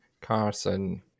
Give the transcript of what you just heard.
Carson